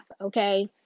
okay